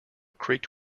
creaked